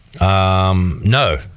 No